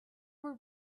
were